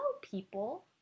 people